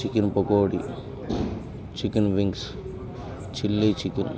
chicken pakoda chicken wings chilli chicken